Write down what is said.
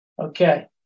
Okay